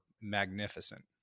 magnificent